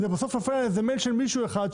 זה בסוף נופל על איזה מייל של מישהו אחד,